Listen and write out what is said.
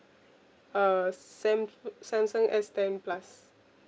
uh sam~ samsung S ten plus